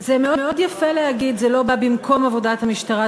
זה מאוד יפה להגיד: זה לא בא במקום עבודת המשטרה,